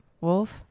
Wolf